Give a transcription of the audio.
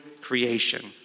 creation